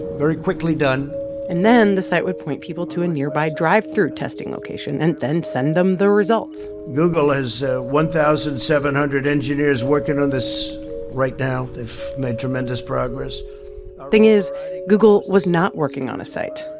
very quickly done and then the site would point people to a nearby drive-through testing location and then send them the results google has ah one thousand seven hundred engineers working on this right now. they've made tremendous progress thing is google was not working on a site.